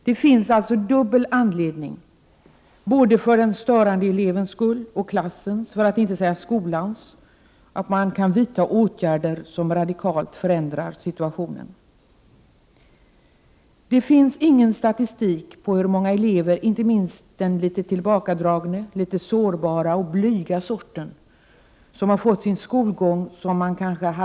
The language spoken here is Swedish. Det finns således dubbel anledning — både för den störande elevens skull och för klassens, för att inte säga skolans — att man kan vidta åtgärder som radikalt förändrar situationen. Det finns ingen statistik över hur många elever som har fått sin skolgång, på vilken de kanske hade höga förväntningar, i stor utsträckning störd och förstörd.